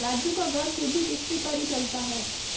राजू का घर सुधि किश्ती पर ही चलता है